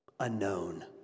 unknown